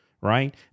right